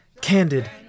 candid